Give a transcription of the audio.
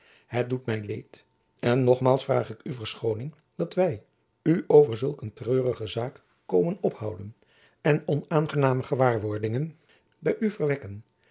het doet my leed en nogmaals vraag ik u verschoning dat wy u over zulk een treurige zaak komen ophouden en onaangename gewaarwordingen by u verwekken